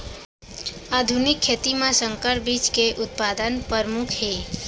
आधुनिक खेती मा संकर बीज के उत्पादन परमुख हे